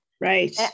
Right